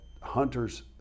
hunters